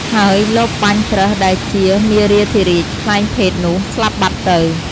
ហើយលបបាញ់ប្រើសដែលជាមារាធិរាជក្លែងភេទនោះ ស្លាប់បាត់ទៅ។